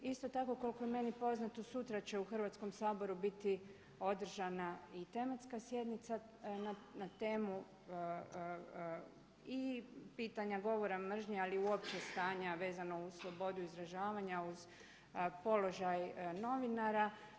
Isto tako koliko je meni poznato sutra će u Hrvatskom saboru biti održana i tematska sjednica na temu i pitanja govora mržnje, ali uopće stanja vezano uz slobodu izražavanja uz položaj novinara.